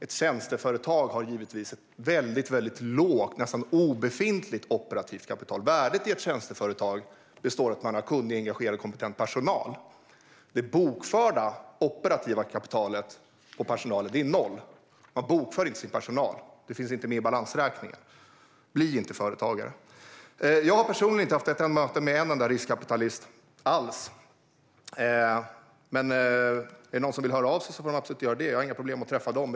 Ett tjänsteföretag har givetvis ett lågt, nästan obefintligt operativt kapital. Värdet i ett tjänsteföretag består i att man har kunnig, engagerad och kompetent personal. Det bokförda operativa kapitalet är noll, för man bokför ju inte sin personal. Den finns inte med i balansräkningen. Jag har inte haft ett enda möte med en riskkapitalist. Men de får gärna höra av sig, för jag har inga problem med att träffa dem.